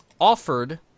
offered